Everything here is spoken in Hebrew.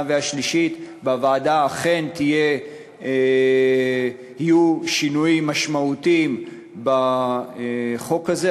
והשלישית בוועדה אכן יהיו שינויים משמעותיים בחוק הזה.